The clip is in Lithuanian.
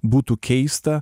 būtų keista